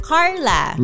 Carla